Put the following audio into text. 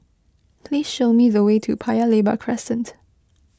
please show me the way to Paya Lebar Crescent